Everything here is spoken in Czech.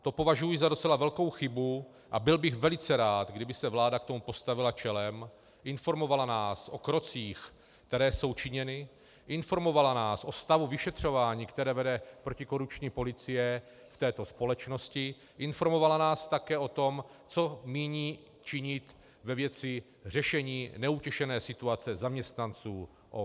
To považuji za docela velkou chybu a byl bych velice rád, kdyby se vláda k tomu postavila čelem, informovala nás o krocích, které jsou činěny, informovala nás o stavu vyšetřování, které vede protikorupční policie v této společnosti, informovala nás také o tom, co míní činit ve věci řešení neutěšené situace zaměstnanců OKD.